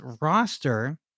roster